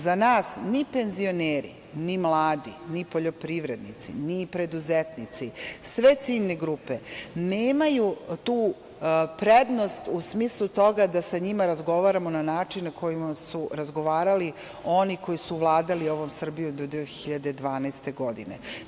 Za nas ni penzioneri, ni mladi, ni poljoprivrednici, ni preduzetnici, sve ciljne grupe nemaju tu prednost u smislu toga da sa njima razgovaramo na način na koji su razgovarali oni koji su vladali ovom Srbijom do 2012. godine.